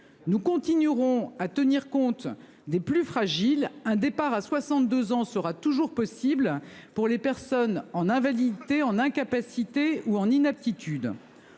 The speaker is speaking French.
nous continuerons à tenir compte des plus fragiles, un départ à 62 ans sera toujours possible pour les personnes en invalidité en incapacité ou en inaptitude.